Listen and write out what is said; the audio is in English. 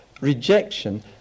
rejection